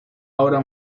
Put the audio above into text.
obra